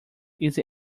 easy